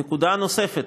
נקודה נוספת,